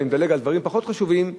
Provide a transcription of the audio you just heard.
ואני מדלג על דברים פחות חשובים,